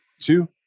two